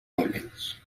palmells